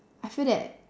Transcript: I feel that